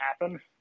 happen